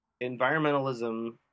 Environmentalism